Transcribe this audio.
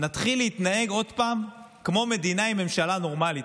נתחיל להתנהג עוד פעם כמו מדינה עם ממשלה נורמלית.